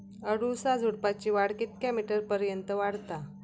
अडुळसा झुडूपाची वाढ कितक्या मीटर पर्यंत वाढता?